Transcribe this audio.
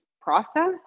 process